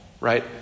right